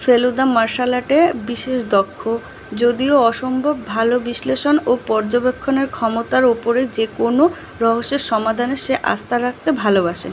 Feluda martial আর্টে বিশেষ দক্ষ যদিও অসম্ভব ভালো বিশ্লেষণ ও পর্যবেক্ষণের ক্ষমতার ওপরে যে কোনো রহস্যের সমাধানে সে আস্থা রাখতে ভালোবাসেন